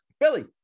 Billy